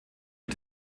die